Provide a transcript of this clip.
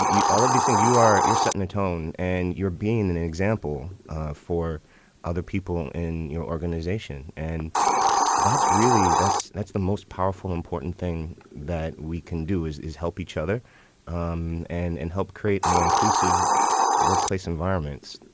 eat all of these things. you are you're setting the tone and you're being an example for other people in your organization and that's really that's that's the most powerful, important thing that we can do is is help each other um and and help create more inclusive workplace environments,